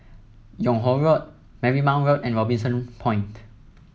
Yung Ho Road Marymount Road and Robinson Point